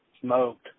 smoked